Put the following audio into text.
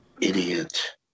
idiot